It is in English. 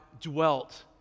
dwelt